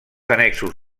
annexos